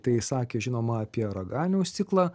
tai sakė žinoma apie raganiaus ciklą